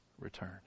return